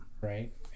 Right